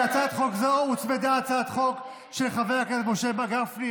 להצעת חוק זו הוצמדה הצעת חוק של חבר הכנסת משה גפני.